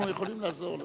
אנחנו יכולים לעזור לו.